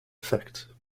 effect